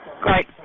Great